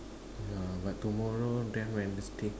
ya but tomorrow then Wednesday